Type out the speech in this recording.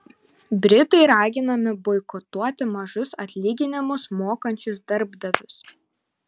britai raginami boikotuoti mažus atlyginimus mokančius darbdavius